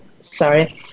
sorry –